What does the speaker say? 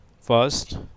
first